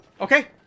Okay